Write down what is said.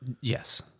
Yes